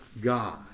God